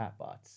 chatbots